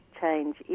change